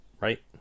Right